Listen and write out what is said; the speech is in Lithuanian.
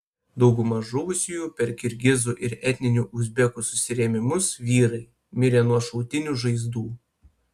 dauguma žuvusiųjų per kirgizų ir etninių uzbekų susirėmimus vyrai mirę nuo šautinių žaizdų